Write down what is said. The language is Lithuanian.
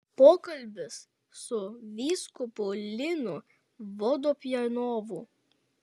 pokalbis su vyskupu linu vodopjanovu